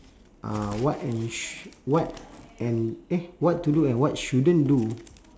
uh what and sh~ what and eh what to do and what shouldn't do